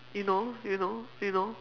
you know you know you know